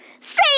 Say